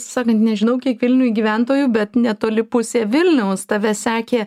sakant nežinau kiek vilniuj gyventojų bet netoli pusė vilniaus tave sekė